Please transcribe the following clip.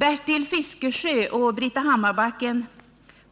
Bertil Fiskesjö och Britta Hammarbacken